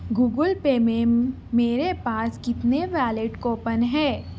Google Pay میں میرے پاس کتنے ویلڈ کوپن ہے